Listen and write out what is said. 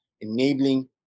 enabling